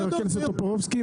חבר הכנסת טופורובסקי,